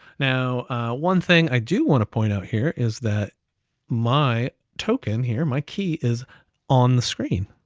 now one thing i do want to point out here is that my token here, my key is on the screen,